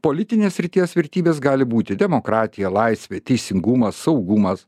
politinės srities vertybės gali būti demokratija laisvė teisingumas saugumas